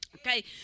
Okay